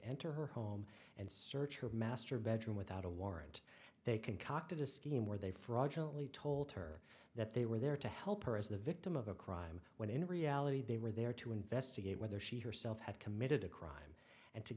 enter her home and search her master bedroom without a warrant they concocted a scheme where they fraudulent lee told her that they were there to help her as the victim of a crime when in reality they were there to investigate whether she herself had committed a crime and to